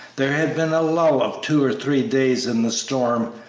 there had been a lull of two or three days in the storm,